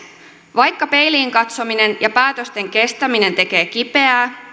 vaikka peiliin katsominen ja päätösten kestäminen tekee kipeää